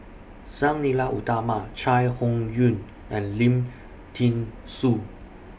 Sang Nila Utama Chai Hon Yoong and Lim Thean Soo